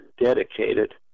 dedicated